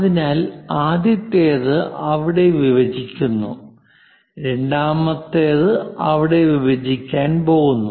അതിനാൽ ആദ്യത്തേത് അവിടെ വിഭജിക്കുന്നു രണ്ടാമത്തേത് അവിടെ വിഭജിക്കാൻ പോകുന്നു